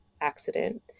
accident